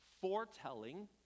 foretelling